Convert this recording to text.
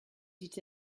dit